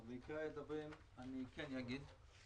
אבל במקרה לגביהם אני כן אגיד.